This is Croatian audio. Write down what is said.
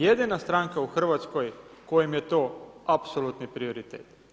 Jedina stranka u Hrvatskoj kojem je to apsolutni prioritet.